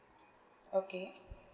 okay